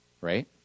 right